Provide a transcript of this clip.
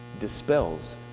dispels